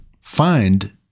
find